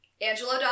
Angelo